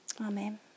Amen